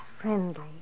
friendly